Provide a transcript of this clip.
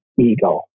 ego